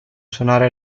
suonare